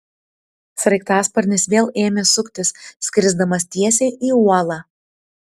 sraigtasparnis vėl ėmė suktis skrisdamas tiesiai į uolą